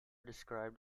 described